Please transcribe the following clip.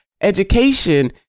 education